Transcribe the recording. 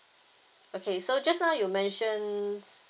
okay so just now you mentioned